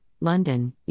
London